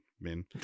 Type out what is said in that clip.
men